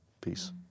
Peace